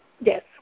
Yes